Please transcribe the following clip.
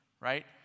right